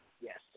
Yes